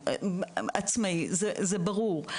זה ברור.